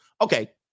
okay